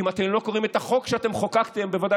כי אם אתם לא קוראים את החוק שחוקקתם בוודאי